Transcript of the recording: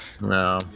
No